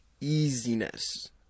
easiness